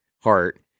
heart